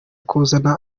kuzana